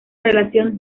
relación